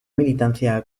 militancia